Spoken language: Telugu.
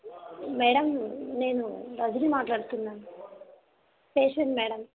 మేడమ్ నేను రజిని మాట్లాడుతున్నాను పేషంట్ మేడం